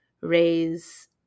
raise